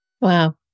Wow